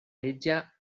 ella